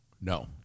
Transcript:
No